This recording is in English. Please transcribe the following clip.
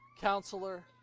counselor